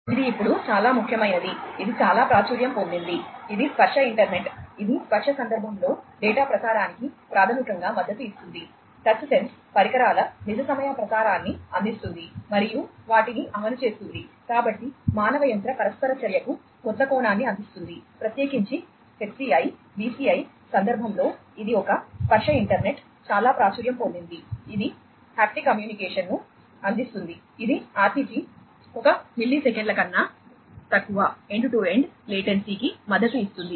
ఇది ఇప్పుడు చాలా ముఖ్యమైనది ఇది చాలా ప్రాచుర్యం పొందింది ఇది స్పర్శ ఇంటర్నెట్ ఇది స్పర్శ సందర్భంలో డేటా ప్రసారానికి ప్రాథమికంగా మద్దతు ఇస్తుంది టచ్ సెన్స్ కి మద్దతు ఇస్తుంది